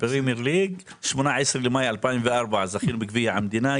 ב-18 במאי 2004 זכינו בגביע המדינה.